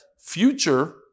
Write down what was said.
future